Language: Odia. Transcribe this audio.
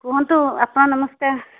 କୁହନ୍ତୁ ଅପା ନମସ୍କାର